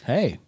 Hey